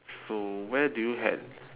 so where do you had